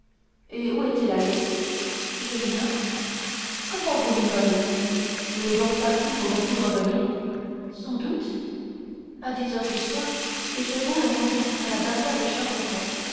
et où est-il allé je l'ignore comment vous l'ignorez il est donc parti pour ne plus revenir sans doute à dix heures du soir ses chevaux l'ont conduit à la barrière de charenton